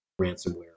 ransomware